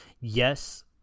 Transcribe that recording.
Yes